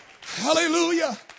Hallelujah